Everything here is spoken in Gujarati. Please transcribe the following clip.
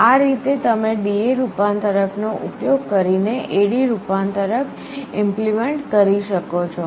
આ રીતે તમે DA રૂપાંતરક નો ઉપયોગ કરીને AD રૂપાંતરક ઈમ્પ્લીમેન્ટ કરી શકો છો